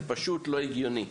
זה פשוט לא הגיוני.